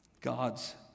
God's